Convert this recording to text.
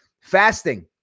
Fasting